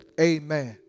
amen